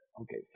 Okay